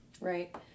right